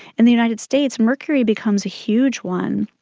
in the united states mercury becomes a huge one.